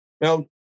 Now